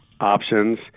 options